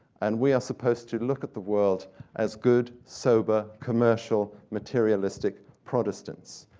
and we are supposed to look at the world as good, sober, commercial, materialistic protestants.